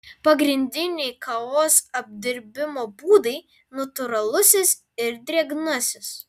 pagrindiniai kavos apdirbimo būdai natūralusis ir drėgnasis